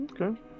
okay